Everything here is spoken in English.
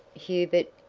hubert,